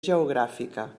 geogràfica